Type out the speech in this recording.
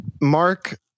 Mark